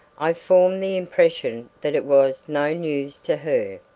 i formed the impression that it was no news to her.